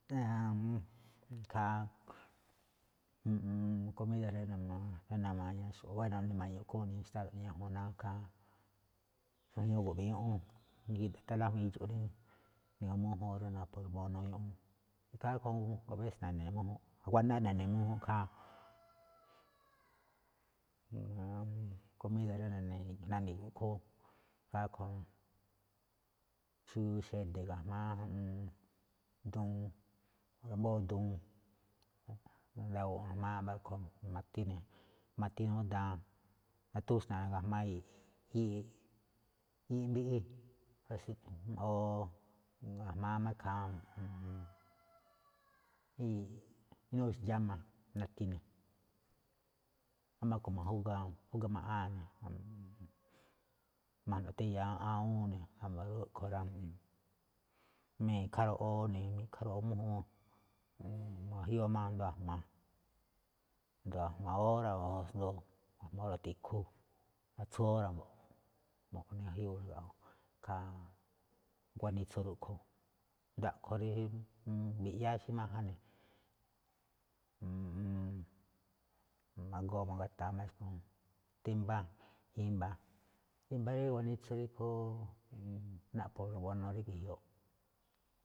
Ikhaa ju̱ꞌuun komída̱ rí na̱ma̱ñaxo̱ꞌ, buéno̱ ni̱ma̱ñoꞌ ikhúúnꞌ nixtáálo̱ꞌ ni̱ñajun ná ikhaa xuajñúú go̱be̱ꞌ ñúꞌún, ni̱gí tháan lájuíin idxu̱ꞌ rí na̱gu̱ma mújúun rí naꞌpho̱ xa̱bo̱ buanuu ñúꞌún. Ikhaa rúꞌkhue̱n juun abése̱ na̱ne̱ mújúnꞌ. Nguáná na̱ne̱ mújúnꞌ ikhaa komída̱ rí na̱ni̱gu̱ꞌ ikhúúnꞌ, ikhaa rúꞌkhue̱n, xubiuu xede̱ ga̱jma̱á ju̱ꞌuun duun ambóo duun, na̱nda̱wo̱o̱ ga̱jma̱á wámba̱ rúꞌkhue̱n ma̱ti ne̱, ma̱ti ne̱, ma̱ti ne̱ awúun daan, natuxna̱a̱ ga̱jma̱á i̱yi̱i̱ꞌ, i̱yi̱i̱ꞌ mbiꞌi o ga̱jma̱á máꞌ ikhaa, i̱yi̱i̱ꞌ inúu ixe̱ ndxáma nati ne̱. Wámba̱ rúꞌkhue̱n ma̱júgua̱a̱, ma̱júgua maꞌáan ne̱, ma̱jno̱ tháan iya awúun ne̱, wámba̱ rúꞌkhue̱n rá. Mi̱kha roꞌoo, mi̱kha roꞌoo mújúun, ma̱ga̱jiúu asndo a̱jma̱ óra̱ o asndo a̱jma̱ óra̱ tikhu, o atsú óra̱ mbo̱ꞌ, nagajiúu ikhaa ganitsu rúꞌkhue̱n, asndo a̱ꞌkhue̱n rí mbi̱ꞌyáá xí máján ne̱. ma̱goo ma̱ga̱ta̱a̱ máꞌ xúꞌkhue̱n, timbá. I̱mba̱ rí gunitsu rí phú naꞌpho̱ xa̱bo̱ buanuu rí ge̱jioꞌ.